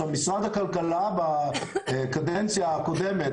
עכשיו משרד הכלכלה בקדנציה הקודמת,